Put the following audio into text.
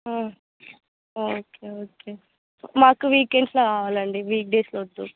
okay okay మాకు వీకెండ్స్లో కావాలి అండి వీక్ డేస్లో వద్దు